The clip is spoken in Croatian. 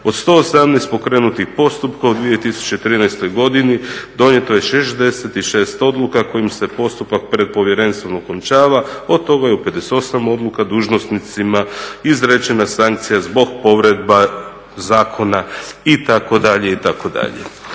Od 118 pokrenutih postupaka u 2013. godini donijeto je 66 odluka kojima se postupak pred povjerenstvom okončava, a od toga je u 58 odluka dužnosnicima izrečena sankcija zbog povreda zakona itd.,